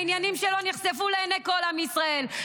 העניינים שלו נחשפו לעיני כל עם ישראל,